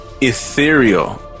ethereal